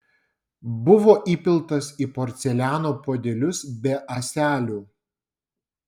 buvo įpiltas į porceliano puodelius be ąselių